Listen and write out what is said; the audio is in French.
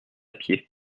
pied